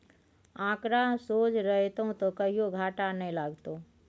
आंकड़ा सोझ रहतौ त कहियो घाटा नहि लागतौ